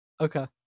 Okay